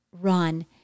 run